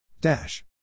Dash